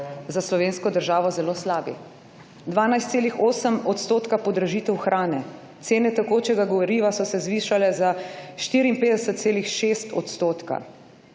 za slovensko državo zelo slabi. 12,8 odstotka podražitev hrane, cene tekočega goriva so se zvišale za 54,6 odstotka.